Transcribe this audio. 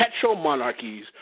petro-monarchies